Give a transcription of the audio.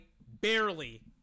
barely